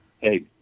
hey